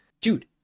Dude